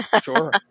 Sure